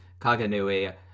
kaganui